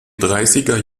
dreißiger